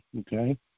Okay